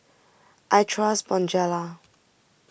I trust Bonjela